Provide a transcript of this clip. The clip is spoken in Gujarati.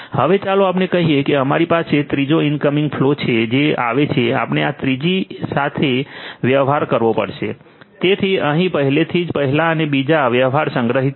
હવે ચાલો આપણે કહીએ કે તમારી પાસે ત્રીજો ઇનકમિંગ ફ્લો છે જે આવે છે આપણે આ ત્રીજી સાથે વ્યવહાર કરવો પડશે તેથી અહીં પહેલાથીજ પહેલા અને બીજા વ્યવહાર સંગ્રહિત છે